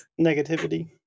negativity